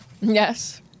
Yes